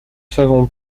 savons